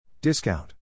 Discount